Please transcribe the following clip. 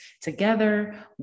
together